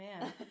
man